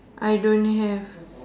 I don't have